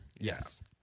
Yes